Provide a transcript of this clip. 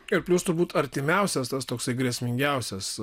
ir plius turbūt artimiausias tas toksai grėsmingiausias